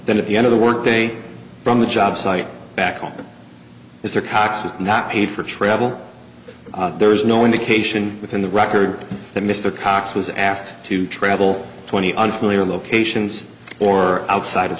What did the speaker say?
that at the end of the work day from the job site back up mr cox was not paid for travel there is no indication within the record that mr cox was asked to travel twenty unfamiliar locations or outside of